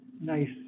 nice